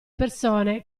persone